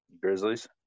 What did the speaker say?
Grizzlies